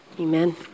Amen